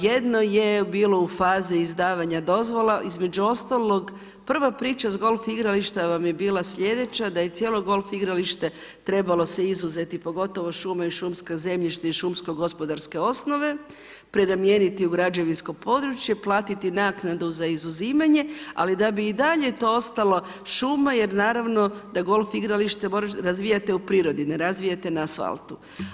Jedno je bilo u fazi izdavanja dozvola, između ostalog prva priča s golf igrališta vam je bila sljedeća, da je cijelo golf igralište trebalo se izuzeti, pogotovo šume i šumska zemljišta i šumsko gospodarske osnove, prenamijeniti u građevinsko područje, platiti naknadu za izuzimanje, ali da bi i dalje to ostalo šuma, jer naravno da golf igralište razvijati u prirodi, ne razvijete na asfaltu.